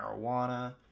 marijuana